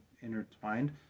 intertwined